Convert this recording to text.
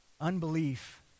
Unbelief